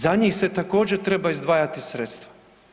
Za njih se također treba izdvajati sredstva.